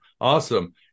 Awesome